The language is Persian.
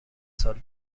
سال